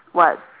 what